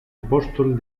apóstol